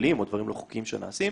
פליליים או דברים לא חוקיים שנעשים,